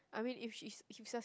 I mean if she's keeps ask